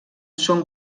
són